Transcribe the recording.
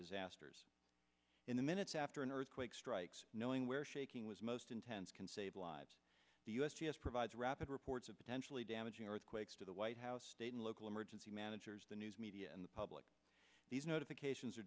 disasters in the minutes after an earthquake strikes knowing where shaking was most intense can save lives the u s g s provides rapid reports of potentially damaging earthquakes to the white house state and local emergency managers the news media and the public these notifications are